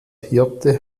hirte